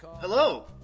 Hello